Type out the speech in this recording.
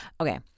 Okay